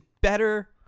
better –